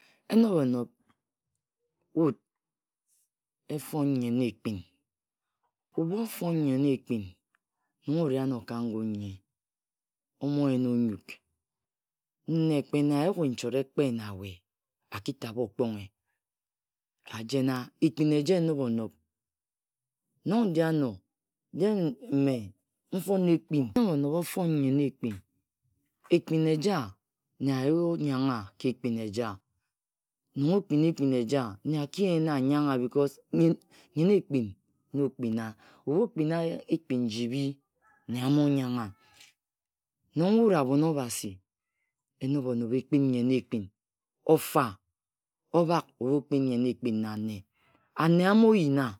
Enob-onob wut efon nyen ekpun Ebhu ofon nyen ekpin, nong ori ano ka ngun nyi. omogen onyuk. Nne kpe nne ayuk-nchot ekpe na-we, akitabhe Okponghe. Ka jene, ekpin eje enob-onob. Nong ndi ano de mme nfon ekpin Ekpin eja, nne ayi oyangha ka ekpin eja. Nong okpina ekpin eja nne aki yene anyangha because nyen ekpin na okpina Ebhu okpina ekpin nne amo- nyangha. Nong wut abhon obasi. Enob-onob ekpin nyen ekpin ofa obhak abhu okpin nyen ekpin na ane. Ane amoyini wa.